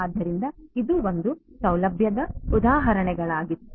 ಆದ್ದರಿಂದ ಇದು ಒಂದೇ ಸೌಲಭ್ಯದ ಉದಾಹರಣೆಗಳಾಗಿತ್ತು